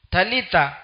Talita